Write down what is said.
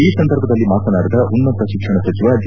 ಈ ಸಂದರ್ಭದಲ್ಲಿ ಮಾತನಾಡಿದ ಉನ್ನತ ಶಿಕ್ಷಣ ಸಚಿವ ಜಿ